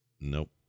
Nope